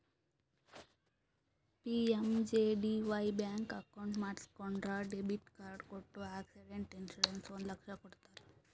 PMJDY bank account ಮಾಡಿಸಿಕೊಂಡ್ರ debit card ಕೊಟ್ಟು accident insurance ಒಂದ್ ಲಕ್ಷ ಕೊಡ್ತಾರ್